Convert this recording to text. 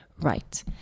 right